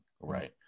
right